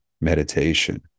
meditation